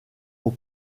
aux